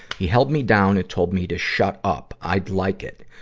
he held me down and told me to shut up i'd like it.